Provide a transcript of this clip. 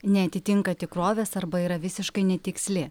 neatitinka tikrovės arba yra visiškai netiksli